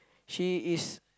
she is